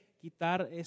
quitar